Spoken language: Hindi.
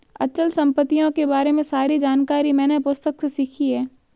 अचल संपत्तियों के बारे में सारी जानकारी मैंने पुस्तक से सीखी है